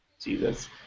Jesus